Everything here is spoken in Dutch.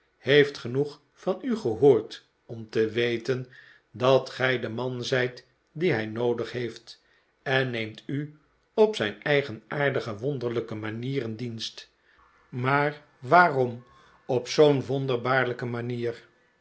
heeft genoeg van u gehoord om te weten dat gij de man zijt dien hij noodig heeft en neemt u op zijn eigenaardige wonderlijke manier in dienst maar waarom op zoo'n wonderlijke manier